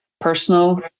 personal